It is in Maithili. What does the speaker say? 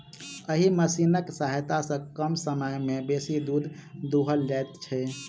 एहि मशीनक सहायता सॅ कम समय मे बेसी दूध दूहल जाइत छै